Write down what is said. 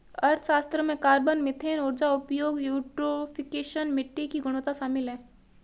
अर्थशास्त्र में carbon, methane ऊर्जा उपयोग, यूट्रोफिकेशन, मिट्टी की गुणवत्ता शामिल है